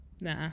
Nah